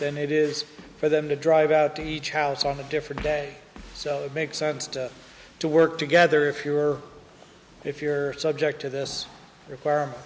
than it is for them to drive out to each house on a different day so it makes sense to work together if you're if you're subject to this requirement